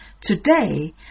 Today